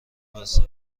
بسته